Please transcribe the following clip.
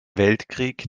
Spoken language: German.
weltkrieg